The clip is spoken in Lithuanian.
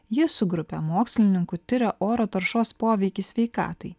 jis su grupe mokslininkų tiria oro taršos poveikį sveikatai